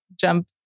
jump